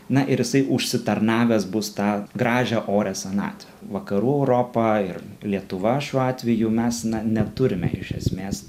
na ir jisai užsitarnavęs bus tą gražią orią senatvę vakarų europa ir lietuva šiuo atveju mes na neturime iš esmės